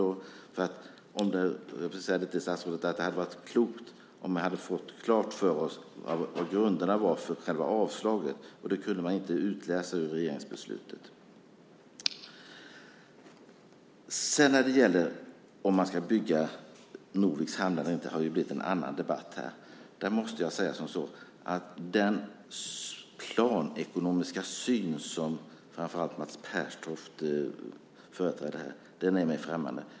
Om jag får säga det till statsrådet så hade det varit klokt om vi hade fått klart för oss vad grunderna var för själva avslaget. Det kan man inte utläsa av regeringsbeslutet. När det gäller om man ska bygga Norviks hamn eller inte har det blivit en annan debatt här. Där måste jag säga att den planekonomiska syn som framför allt Mats Pertoft företräder är mig främmande.